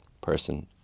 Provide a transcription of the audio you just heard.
person